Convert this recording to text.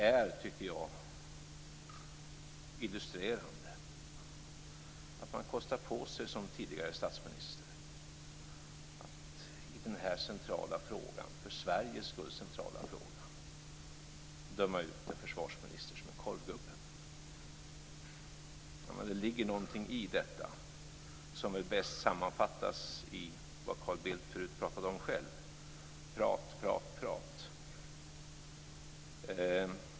Jag tycker att det är illustrativt att en tidigare statsminister kostar på sig att i den här för Sveriges skull centrala frågan döma ut en försvarsminister som en korvgubbe. Fru talman! Det ligger i detta någonting som väl bäst sammanfattas i det som Carl Bildt förut själv talade om: prat, prat, prat.